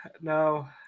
no